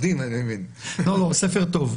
טוב.